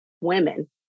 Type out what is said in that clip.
women